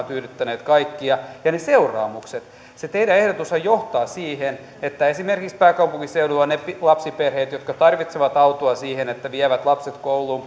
tyydyttäneet kaikkia eivätkä ne seuraamukset se teidän ehdotuksennehan johtaa siihen että esimerkiksi pääkaupunkiseudulla ne lapsiperheet jotka tarvitsevat autoa siihen että vievät lapset kouluun